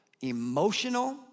emotional